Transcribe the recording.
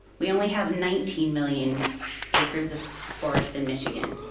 we only have nineteen million acres of forest in michigan.